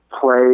play